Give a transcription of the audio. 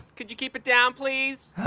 could you keep it down, please?